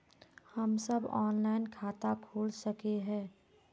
हम सब ऑनलाइन खाता खोल सके है?